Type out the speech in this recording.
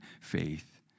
faith